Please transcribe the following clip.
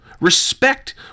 Respect